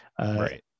Right